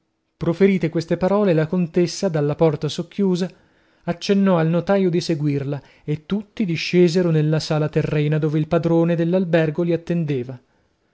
proferite queste parole la contessa dalla porta socchiusa accennò al notaio di seguirla e tutti discesero nella sala terrena dove il padrone dell'albergo li attendeva